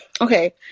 Okay